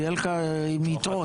זה יהיה לך עם יתרות,